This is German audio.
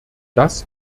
das